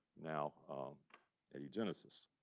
now at egenesis.